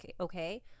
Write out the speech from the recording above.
okay